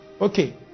Okay